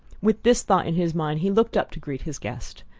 with this thought in his mind he looked up to greet his guest.